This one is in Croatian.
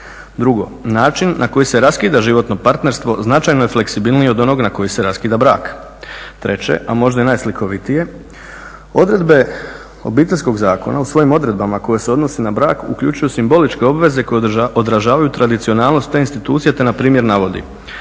Drugo, način na koji se raskida životno partnerstvo značajno je fleksibilnije od onoga na koji se raskida brak. Treće, a možda i najslikovitije odredbe Obiteljskog zakona u svojim odredbama koje se odnose na brak uključuju simboličke obveze koje odražavaju tradicionalnost te institucije te npr. navodi: